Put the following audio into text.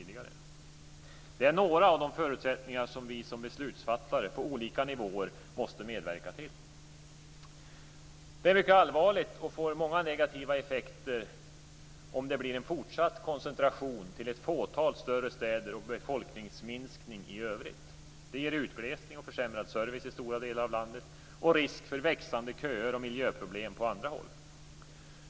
Detta är några av de förutsättningar som vi som beslutsfattare på olika nivåer måste medverka till. Det är mycket allvarligt och får många negativa effekter om det blir en fortsatt koncentration till ett fåtal större städer och befolkningsminskning i övrigt. Det ger utglesning och försämrad service i stora delar av landet och risk för växande köer och miljöproblem på andra håll.